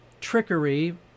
trickery